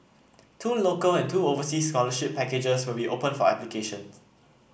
two local and two overseas scholarship packages will be open for application